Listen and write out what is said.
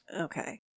Okay